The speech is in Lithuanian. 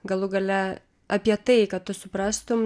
galų gale apie tai ką tu suprastum